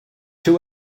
too